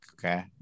okay